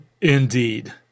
Indeed